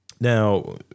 Now